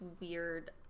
weird